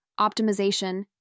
optimization